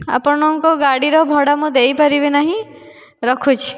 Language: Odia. ଆପଣଙ୍କ ଗାଡ଼ିର ଭଡ଼ା ମୁଁ ଦେଇପାରିବି ନାହିଁ ରଖୁଛି